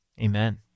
Amen